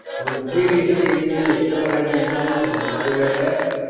on the previous evening the four heavy guns had been brought aft,